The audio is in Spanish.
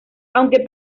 aunque